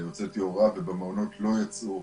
הוצאתי הוראה, ובמעונות לא יצאו.